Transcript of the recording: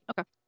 Okay